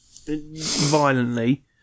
Violently